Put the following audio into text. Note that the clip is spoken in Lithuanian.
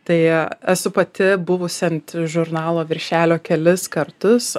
tai esu pati buvusi ant žurnalo viršelio kelis kartus